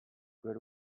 good